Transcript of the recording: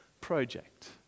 project